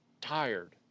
tired